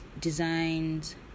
designs